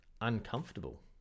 uncomfortable